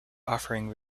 offering